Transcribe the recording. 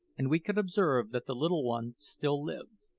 and we could observe that the little one still lived.